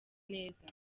neza